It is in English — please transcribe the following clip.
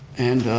and,